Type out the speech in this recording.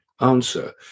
answer